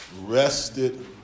Rested